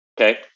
Okay